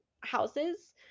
houses